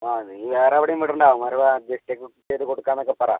ആ നീ വേറെ എവിടെയും വിടണ്ട അവന്മാർ വാ അഡ്ജസ്റ്റെ ചെയ്തു ബുക്ക് ചെയ്ത് കൊടുക്കാമെന്ന് ഒക്കെ പറ